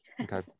Okay